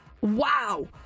Wow